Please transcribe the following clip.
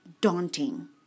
daunting